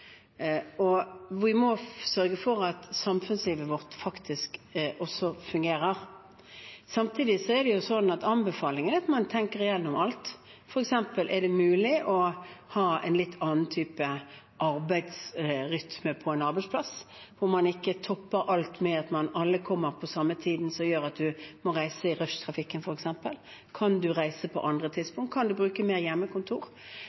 og vi må sørge for at samfunnslivet vårt faktisk fungerer. Samtidig er det sånn at anbefalingen er at man tenker gjennom alt. Er det f.eks. mulig å ha en litt annen type arbeidsrytme på en arbeidsplass, hvor man ikke topper alt med at alle kommer på samme tid, noe som gjør at man må reise i rushtrafikken? Kan man reise på andre tidspunkter, kan man bruke mer hjemmekontor?